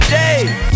days